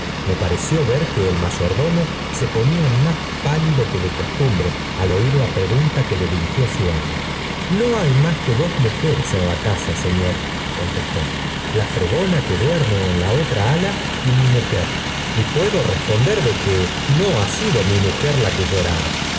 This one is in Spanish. me í ft reció ver que el mayordomo ponía más páido que de costumbre al oir la pregunta que le dirigió su amo no hay más que dos mujeres en la casa sef flor contestó la fregona que duerme en la ti otra ala y mi mujer y puedo responder de que no ha sido mi mujer la que lloraba